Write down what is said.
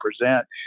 present